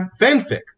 fanfic